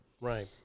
Right